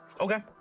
Okay